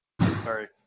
Sorry